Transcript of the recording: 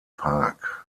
park